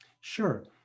Sure